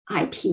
IP